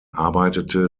arbeitete